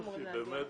נציג הבנאים,